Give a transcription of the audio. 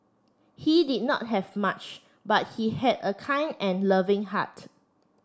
he did not have much but he had a kind and loving heart